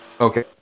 Okay